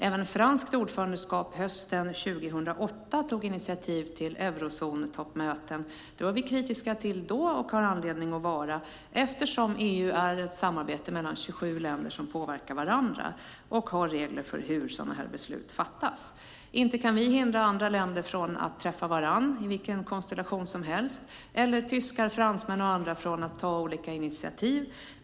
Under franskt ordförandeskapet hösten 2008 togs initiativ till eurozontoppmöten. Det var vi kritiska till då och har anledning att vara eftersom EU är ett samarbete mellan 27 länder som påverkar varandra och har regler för hur sådana beslut fattas. Vi kan inte hindra andra länder träffa varandra i vilken konstellation som helst eller tyskar, fransmän och andra från att ta olika initiativ.